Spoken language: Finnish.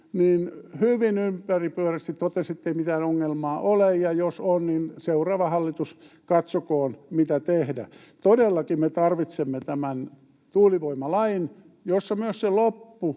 hyvin ympäripyöreästi totesi, ettei mitään ongelmaa ole ja että jos on, niin seuraava hallitus katsokoon, mitä tehdä. Todellakin me tarvitsemme tämän tuulivoimalain, jossa myös se loppuhomma